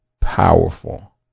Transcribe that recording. powerful